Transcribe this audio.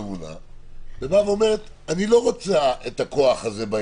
הממונה ואומרת: אני לא רוצה את הכוח הזה.